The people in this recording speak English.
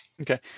okay